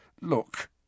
Look